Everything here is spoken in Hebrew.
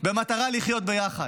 במטרה לחיות ביחד.